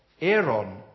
Aaron